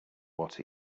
what